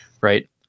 right